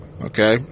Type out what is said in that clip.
Okay